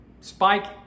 Spike